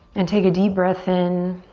and take a deep breath in.